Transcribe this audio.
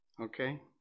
Okay